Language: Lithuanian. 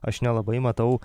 aš nelabai matau